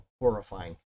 horrifying